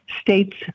states